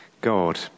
God